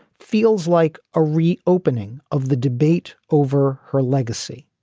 feels like a reopening of the debate over her legacy.